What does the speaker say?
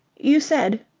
you said.